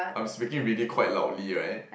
I'm speaking really quite loudly right